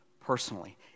personally